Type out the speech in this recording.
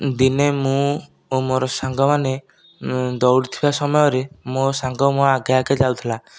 ଦିନେ ମୁଁ ଓ ମୋର ସାଙ୍ଗ ମାନେ ଦୌଡୁଥିବା ସମୟ ରେ ମୋ ସାଙ୍ଗ ମୋ' ଆଗେ ଆଗେ ଯାଉଥିଲା